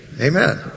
Amen